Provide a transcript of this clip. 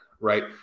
Right